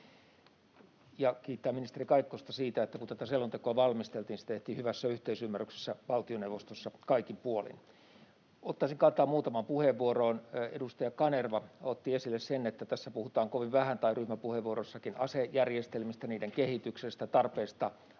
kiittää ministeri Kaikkosta siitä, että kun tätä selontekoa valmisteltiin, se tehtiin hyvässä yhteisymmärryksessä valtioneuvostossa kaikin puolin. Ottaisin kantaa muutamaan puheenvuoroon: Edustaja Kanerva otti esille sen, että tässä tai ryhmäpuheenvuoroissakin puhutaan kovin vähän asejärjestelmistä, niiden kehityksestä ja tarpeesta